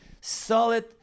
solid